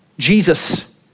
Jesus